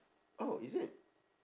oh is it